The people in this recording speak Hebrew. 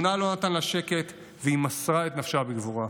מצפונה לא נתן לה שקט, והיא מסרה את נפשה בגבורה.